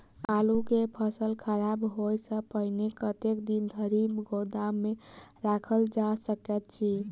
आलु केँ फसल खराब होब सऽ पहिने कतेक दिन धरि गोदाम मे राखल जा सकैत अछि?